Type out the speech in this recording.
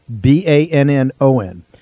B-A-N-N-O-N